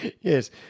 Yes